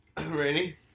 Ready